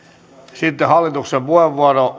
sitten hallituksen puheenvuoro